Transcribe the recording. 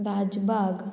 Rajbagh